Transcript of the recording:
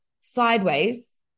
sideways